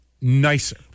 nicer